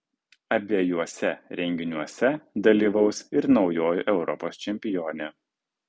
abiejuose renginiuose dalyvaus ir naujoji europos čempionė